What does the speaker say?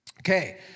Okay